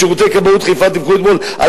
בשירותי כבאות חיפה דיווחו אתמול על